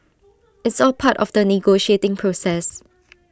it's all part of the negotiating process